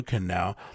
now